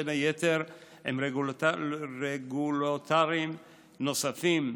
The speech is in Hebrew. בין היתר עם רגולטורים נוספים,